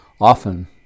often